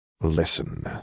Listen